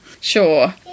sure